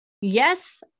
yes